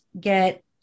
get